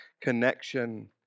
connection